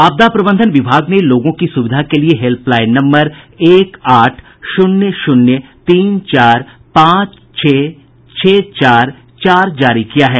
आपदा प्रबंधन विभाग ने लोगों की सुविधा के लिये हेल्पलाइन नम्बर एक आठ शून्य शून्य तीन चार पांच छह छह चार चार जारी किया है